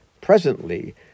Presently